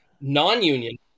Non-union